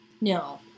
No